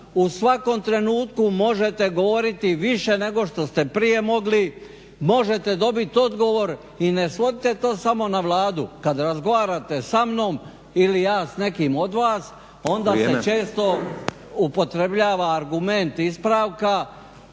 U svakom trenutku možete govoriti više nego što ste prije mogli, možete dobiti odgovor i ne svodite to samo na Vladu. Kada razgovarate sa mnom ili ja s nekim od vas onda se često … /Upadica: Vrijeme./ … upotrebljava argument ispravka